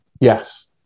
yes